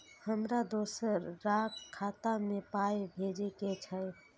हमरा दोसराक खाता मे पाय भेजे के छै?